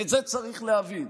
ואת זה צריך להבין: